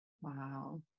Wow